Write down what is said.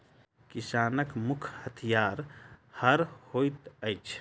किसानक मुख्य हथियार हअर होइत अछि